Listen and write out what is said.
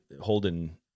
holding